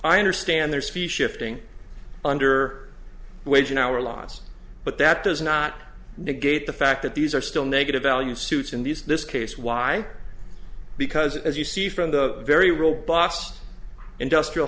i understand there's fee shifting under wage in our laws but that does not negate the fact that these are still negative value suits in these this case why because as you see from the very robust industrial